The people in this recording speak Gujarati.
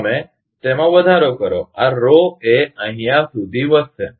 તમે તેમાં વધારો કરો આ એ અહીંયા સુધી વધશે